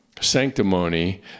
sanctimony